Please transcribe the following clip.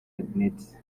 admit